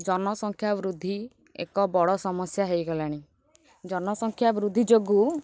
ଜନସଂଖ୍ୟା ବୃଦ୍ଧି ଏକ ବଡ଼ ସମସ୍ୟା ହେଇଗଲାଣି ଜନସଂଖ୍ୟା ବୃଦ୍ଧି ଯୋଗୁଁ